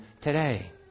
today